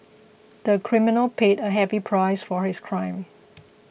the criminal paid a heavy price for his crime